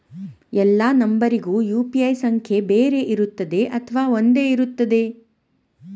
ಎಲ್ಲಾ ನಂಬರಿಗೂ ಯು.ಪಿ.ಐ ಸಂಖ್ಯೆ ಬೇರೆ ಇರುತ್ತದೆ ಅಥವಾ ಒಂದೇ ಇರುತ್ತದೆ?